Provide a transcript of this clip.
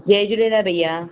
जय झूलेलाल भईया